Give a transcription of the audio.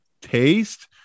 taste